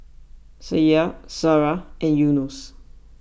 Syah Sarah and Yunos